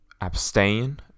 abstain